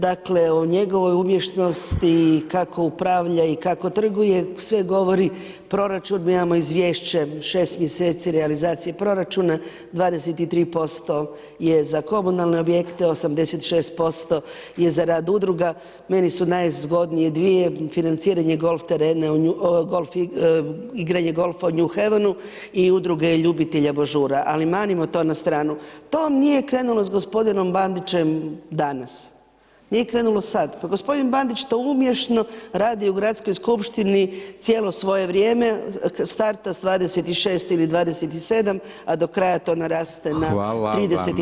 Dakle, o njegovoj umješnosti kako upravlja i kako trguje sve govori proračun, mi imamo izvješće šest mjeseci realizacije proračuna 23% je za komunalne objekte, 86% je za rad udruga, meni su najzgodnije dvije, financiranje golf terena, igranje golfa u New Hevenu i udruge ljubitelja božur, ali manimo to na stranu, to nije krenulo s gospodinom Bandićem danas, nije krenulo sad, pa gospodin Bandić to umješno radi u Gradskoj skupštini cijelo svoje vrijeme, starta sa 26 ili 27 a do kraja to naraste [[Upadica: Hvala vam.]] na 30 i nešto.